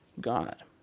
God